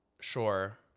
Sure